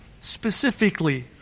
specifically